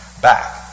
back